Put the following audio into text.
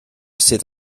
sydd